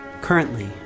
Currently